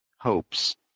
hopes